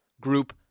Group